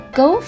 go